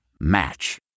Match